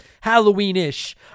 Halloween-ish